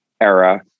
era